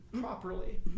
properly